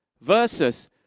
Versus